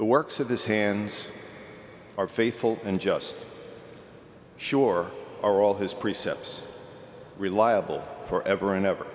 the works of his hands are faithful and just shore are all his precepts reliable for ever and ever